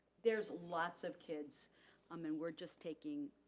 there's lots of kids um and we're just taking,